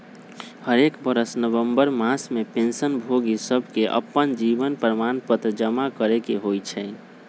हरेक बरस नवंबर मास में पेंशन भोगि सभके अप्पन जीवन प्रमाण पत्र जमा करेके होइ छइ